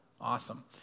Awesome